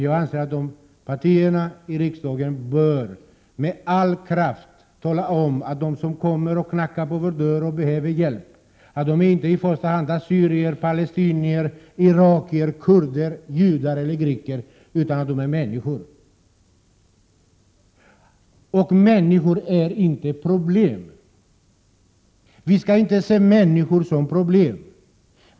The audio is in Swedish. Jag anser att partierna i riksdagen med all kraft bör tala om att de som knackar på vår dörr och behöver hjälp inte i första hand är assyrier, palestinier, iraker, kurder, judar eller greker, utan de är människor. Och människor är inte problem. Vi skall inte se människor som problem.